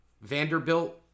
Vanderbilt